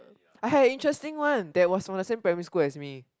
I had interesting one they was from the same primary school as me